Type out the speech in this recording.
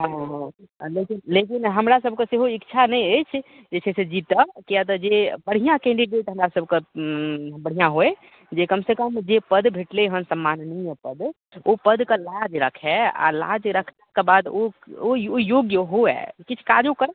हँ हँ आ लेकिन लेकिन हमरा सभकऽ सेहो इच्छा नहि अछि जे छै से जीतऽ किए जे छै जे बढ़िआँ कैन्डिडेट हमरा सभकऽ बढ़िआँ होइ जे कमसँ कम जे पद भेटलैहँ सम्मानीय पद ओ पद कऽ लाज राखैत आ लाज रखलाकऽ बाद ओ ओहि ओहि योग्य हुए किछु काजो करै